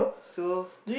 so